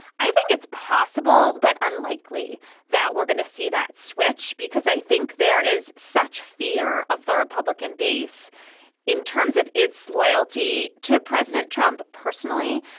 i think it's possible but unlikely that we're going to see that switch because i think there is such fear of the republican base in terms of its loyalty to president trump personally.